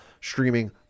streaming